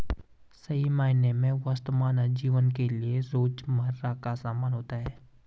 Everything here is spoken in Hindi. सही मायने में वस्तु मानव जीवन के लिये रोजमर्रा का सामान होता है